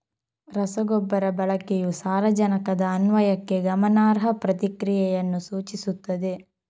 ರಸಗೊಬ್ಬರ ಬಳಕೆಯು ಸಾರಜನಕದ ಅನ್ವಯಕ್ಕೆ ಗಮನಾರ್ಹ ಪ್ರತಿಕ್ರಿಯೆಯನ್ನು ಸೂಚಿಸುತ್ತದೆ